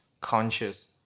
conscious